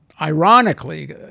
ironically